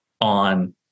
on